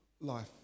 life